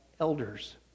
elders